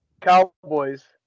Cowboys